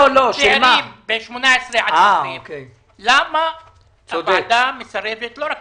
צעירים בגילאי 18-20. למה הוועדה מסרבת --- לא,